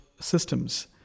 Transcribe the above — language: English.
systems